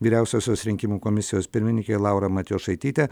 vyriausiosios rinkimų komisijos pirmininkė laura matijošaitytė